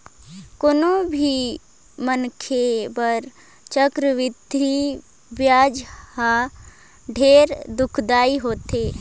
कोनो भी मनखे बर चक्रबृद्धि बियाज हर ढेरे दुखदाई होथे